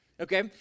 okay